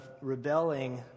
rebelling